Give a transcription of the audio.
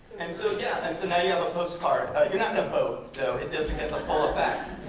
and so yeah. and so now you have a postcard. you're not in a boat. so it doesn't get the full effect.